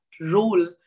role